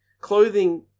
clothing